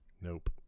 Nope